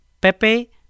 Pepe